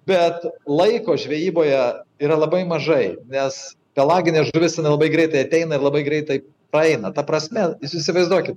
bet laiko žvejyboje yra labai mažai nes pelaginė žuvis jinai labai greitai ateina ir labai greitai paeina ta prasme jūs įsivaizduokit